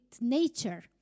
nature